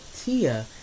Tia